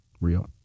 real